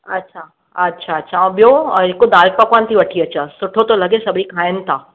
अच्छा अच्छा छा ॿियो हिकु दाल पकवान थी वठी अचासि सुठो थो लॻे सभी खाइनि था